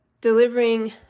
delivering